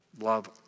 Love